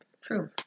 True